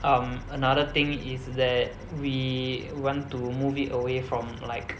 um another thing is that we want to move it away from like